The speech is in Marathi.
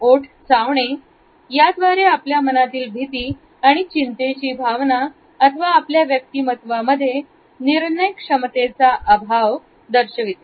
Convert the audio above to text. ओठ चावणे याद्वारे आपल्या मनातील भीती किंवा चिंतेची भावना अथवा आपल्या व्यक्तिमत्त्वामध्ये निर्णयक्षमतेचा अभाव दर्शविते